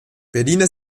berliner